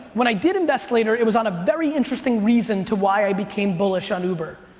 when i did invest later it was on a very interesting reason to why i became bullish on uber.